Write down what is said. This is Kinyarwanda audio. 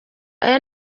aya